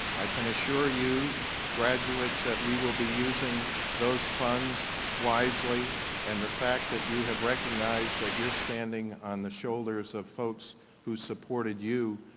i can assure you graduates that we will be using those funds wisely and the fact that you have recognized that you're standing on the shoulders of folks who supported you,